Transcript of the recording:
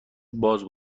باز